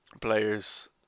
players